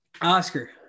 Oscar